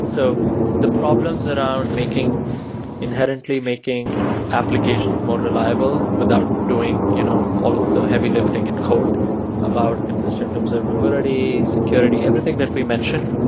so the problems around um and making inherently making applications more reliable without doing you know all of the heavy lifting in code about consistent observability, security, everything that we mentioned,